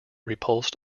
repulsed